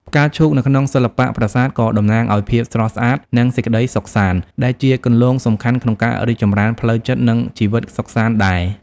ផ្កាឈូកនៅក្នុងសិល្បៈប្រាសាទក៏តំណាងឲ្យ ភាពស្រស់ស្អាត និងសេចក្ដីសុខសាន្ត ដែលជាគន្លងសំខាន់ក្នុងការរីកចម្រើនផ្លូវចិត្ត និងជីវិតសុខសាន្តដែរ។